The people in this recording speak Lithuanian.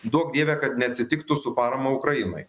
duok dieve kad neatsitiktų su parama ukrainai